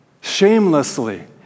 shamelessly